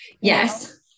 Yes